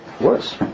worse